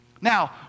Now